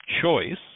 choice